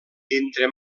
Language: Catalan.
entre